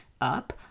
up